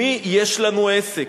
עם מי יש לנו עסק.